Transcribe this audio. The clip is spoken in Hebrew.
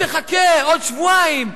תחכה עוד שבועיים,